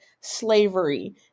slavery